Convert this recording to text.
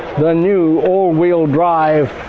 the new all-wheel-drive,